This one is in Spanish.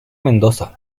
mendoza